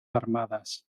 armadas